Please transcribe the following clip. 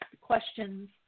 questions